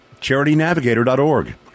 charitynavigator.org